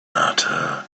matter